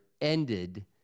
ended